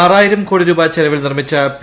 ആറായിര്ക് കോടി രൂപ ചെലവിൽ നിർമ്മിച്ച പി